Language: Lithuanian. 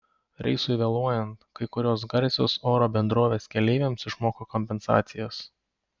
reisui vėluojant kai kurios garsios oro bendrovės keleiviams išmoka kompensacijas